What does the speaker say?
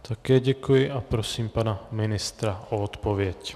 Také děkuji a prosím pana ministra o odpověď.